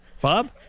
Bob